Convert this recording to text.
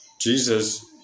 Jesus